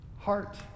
heart